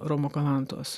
romo kalantos